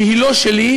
שהיא לא שלי,